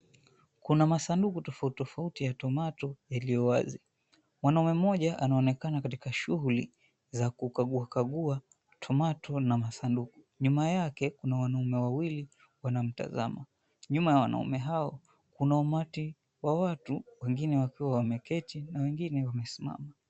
Kuna masanduku tofauti tofauti ya tomato yaliyowazi, mwanaume mmoja anaonekana katika shughuli za kukaguuwa kaguuwa tomato na masanduku nyuma yake kuna wanaume wawili wanamtazama, nyuma ya wanaume hao kuna umati wa watu wengine wakiwa wameketi na wengine wamesimama.